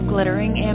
Glittering